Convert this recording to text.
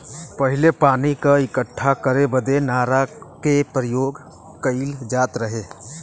पहिले पानी क इक्कठा करे बदे नारा के परियोग कईल जात रहे